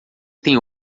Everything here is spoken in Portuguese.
tem